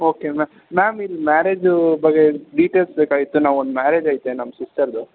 okay ma'am ma'am ಇಲ್ಲಿ marriage ಬಗ್ಗೆ details ಬೇಕಾಗಿತ್ತು ನಾವು ಒಂದು ಮ್ಯಾರೇಡ್ ಐತೆ ನಮ್ಮ ಸಿಸ್ಟರ್ದು